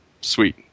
Sweet